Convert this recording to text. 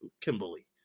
Kimberly